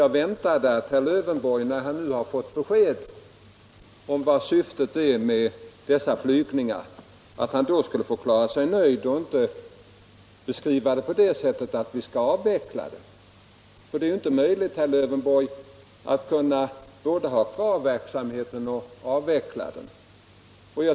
Jag väntade att herr Lövenborg, när han nu fick besked om vad syftet är med dessa flygningar, skulle förklara sig nöjd och inte begära att vi skall avveckla verksamheten. Det är inte möjligt, herr Lövenborg, att både ha kvar verksamheten och avveckla den.